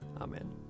Amen